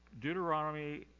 Deuteronomy